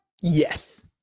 Yes